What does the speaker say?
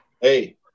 Hey